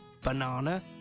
banana